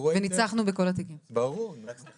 אני צריך